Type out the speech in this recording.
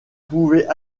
pouvait